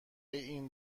این